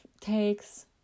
takes